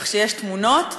כך שיש תמונות.